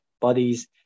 bodies